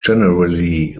generally